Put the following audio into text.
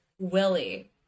Willie